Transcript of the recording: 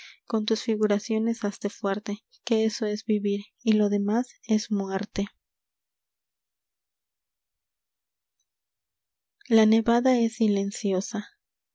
con tus figuraciones hazte fuerte que eso es vivir y lo demás es muerte biblioteca nacional de españa la nevada e s silenciosa